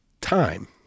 time